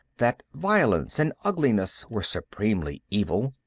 that violence and ugliness were supremely evil.